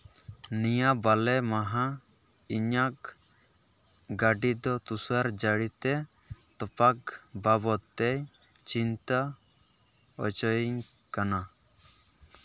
ᱱᱤᱭᱟᱹ ᱵᱟᱞᱮ ᱢᱟᱦᱟ ᱤᱧᱟᱹᱜ ᱜᱟᱹᱰᱤ ᱫᱚ ᱛᱩᱥᱟᱨ ᱡᱟᱹᱲᱤᱛᱮ ᱛᱚᱯᱟᱜ ᱵᱟᱵᱚᱫ ᱛᱮ ᱪᱤᱱᱛᱟᱹ ᱦᱚᱪᱚᱭᱤᱧ ᱠᱟᱱᱟ